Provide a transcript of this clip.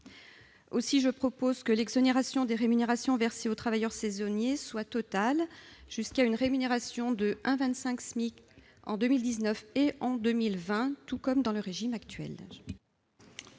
subir. Ainsi, l'exonération des rémunérations versées aux travailleurs saisonniers serait totale jusqu'à une rémunération de 1,25 SMIC en 2019 et en 2020, tout comme dans le régime actuel.